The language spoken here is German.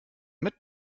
mit